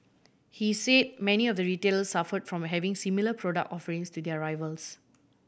he say many of the retailers suffered from having similar product offerings to their rivals